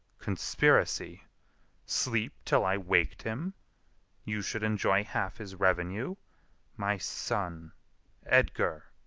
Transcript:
conspiracy sleep till i waked him you should enjoy half his revenue my son edgar!